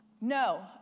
No